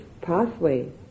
pathway